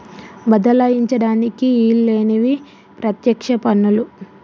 బదలాయించడానికి ఈల్లేనివి పత్యక్ష పన్నులు